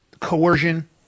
Coercion